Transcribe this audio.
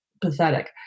pathetic